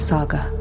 Saga